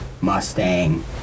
mustang